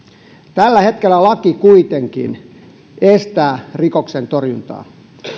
tällä hetkellä laki kuitenkin estää rikoksentorjuntaa